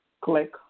click